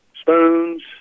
spoons